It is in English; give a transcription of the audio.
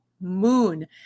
moon